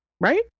Right